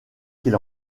qu’il